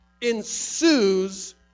ensues